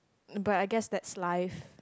but I guess that's life